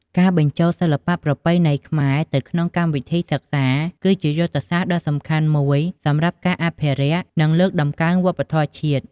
ការបញ្ចូលសិល្បៈប្រពៃណីខ្មែរទៅក្នុងកម្មវិធីសិក្សា គឺជាយុទ្ធសាស្ត្រដ៏សំខាន់មួយសម្រាប់ការអភិរក្ស និងលើកតម្កើងវប្បធម៌ជាតិ។